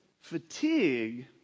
fatigue